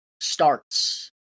starts